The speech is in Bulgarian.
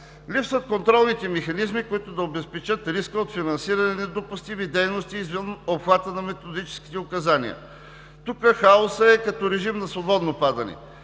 Липсват контролните механизми, които да обезпечат риска от финансиране на недопустими дейности извън обхвата на методическите указания. Тук хаосът е като режим на свободно падане.